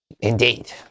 Indeed